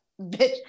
bitch